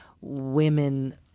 women